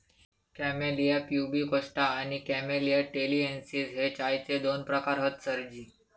camellia pubicosta आणि camellia taliensis हे चायचे दोन प्रकार हत सरजी